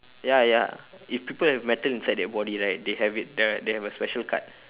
ya ya if people have metal inside their body right they have it the they have a special card